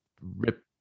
rip